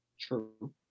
True